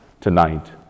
tonight